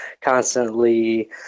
constantly